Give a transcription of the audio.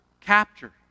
capture